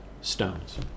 stones